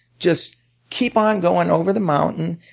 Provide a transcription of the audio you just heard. just keep on going over the mountain,